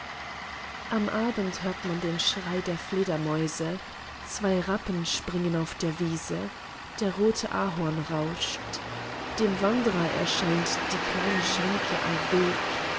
am abend hört man den schrei der fledermäuse zwei rappen springen auf der wiese der rote ahorn rauscht dem wanderer erscheint die kleine schenke am weg